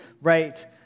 right